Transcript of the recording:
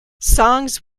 songs